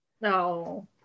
No